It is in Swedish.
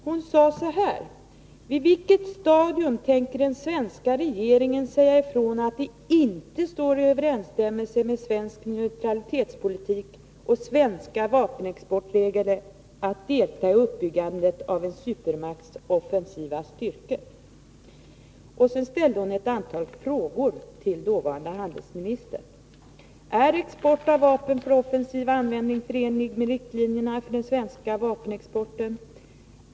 Hon sade så här: ”TI vilket stadium tänker den svenska regeringen säga ifrån att det inte står i överensstämmelse med svensk neutralitetspolitik och svensk vapenexport att delta i uppbyggandet av en supermakts offensiva styrkor?” Också ställde hon ett antal frågor till den dåvarande handelsministern: Är export av vapen för offensiv användning förenlig med riktlinjerna för den svenska vapenexporten?